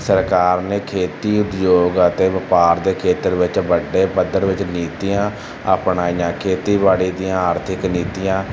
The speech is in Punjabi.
ਸਰਕਾਰ ਨੇ ਖੇਤੀ ਉਦਯੋਗ ਅਤੇ ਵਪਾਰ ਦੇ ਖੇਤਰ ਵਿੱਚ ਵੱਡੇ ਪੱਧਰ ਵਿੱਚ ਨੀਤੀਆਂ ਅਪਣਾਈਆਂ ਖੇਤੀਬਾੜੀ ਦੀਆਂ ਆਰਥਿਕ ਨੀਤੀਆਂ